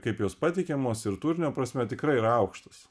kaip jos pateikiamos ir turinio prasme tikrai yra aukštas